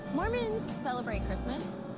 mormons celebrate christmas.